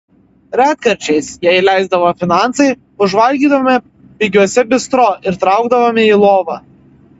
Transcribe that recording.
retkarčiais jei leisdavo finansai užvalgydavome pigiuose bistro ir traukdavome į lovą